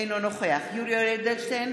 אינו נוכח יולי יואל אדלשטיין,